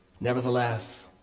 Nevertheless